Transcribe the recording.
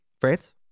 France